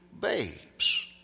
babes